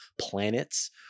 planets